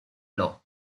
law